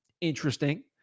interesting